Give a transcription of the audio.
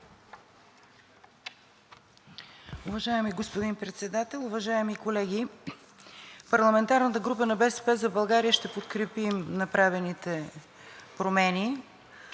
Уважаеми господин Председател, уважаеми колеги! Парламентарната група на „БСП за България“ ще подкрепим направените промени.